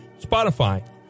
Spotify